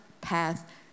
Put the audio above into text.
path